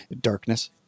darkness